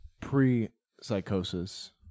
pre-psychosis